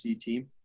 team